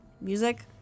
music